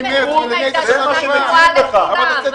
שנת 2020 הייתה שנה גרועה לכולם.